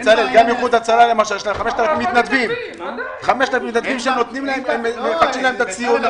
באיחוד והצלה יש 5,000 מתנדבים שמחדשים להם את הציוד,